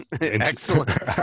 excellent